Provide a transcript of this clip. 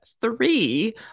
three